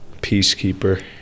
Peacekeeper